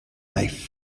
life